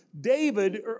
David